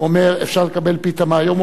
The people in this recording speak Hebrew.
אומר: אפשר לקבל פיתה מהיום?